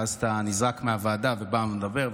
ואז אתה נזעק מהוועדה ואתה בא ומדבר.